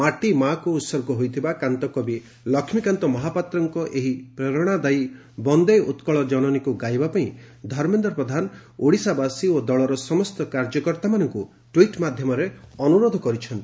ମାଟିମାଆକୁ ଉହର୍ଗ ହୋଇଥିବା କାନ୍ତକବି ଲକ୍ଷୀକାନ୍ତ ମହାପାତ୍ରଙ୍କ ଏହି ପ୍ରେରଶାଦାୟୀ ବନ୍ଦେ ଉକକଳ ଜନନୀକୁ ଗାଇବା ପାଇଁ ଧର୍ମେନ୍ଦ୍ର ପ୍ରଧାନ ଓଡ଼ିଶାବାସୀ ଓ ଦଳର ସମସ୍ତ କାର୍ଯ୍ୟକର୍ତାମାନଙ୍କୁ ଟ୍ୱିଟ୍ ମାଧ୍ଧମରେ ଅନୁରୋଧ କରିଛନ୍ତି